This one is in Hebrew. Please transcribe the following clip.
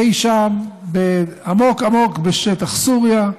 אי שם עמוק-עמוק בשטח סוריה,